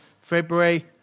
February